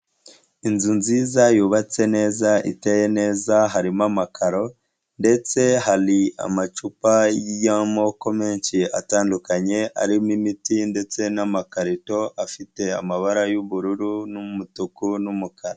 Inzu nziza yubatse neza, iteye neza harimo amakaro ndetse hari amacupa y'amoko menshi atandukanye arimo imiti ndetse n'amakarito afite amabara y'ubururu n'umutuku n'umukara.